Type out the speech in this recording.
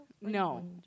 no